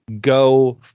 go